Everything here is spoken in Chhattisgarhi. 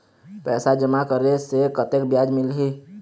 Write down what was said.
पैसा जमा करे से कतेक ब्याज मिलही?